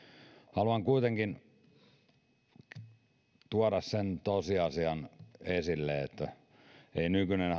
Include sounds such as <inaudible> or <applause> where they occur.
haluan kuitenkin tuoda sen tosiasian esille että ei nykyinen <unintelligible>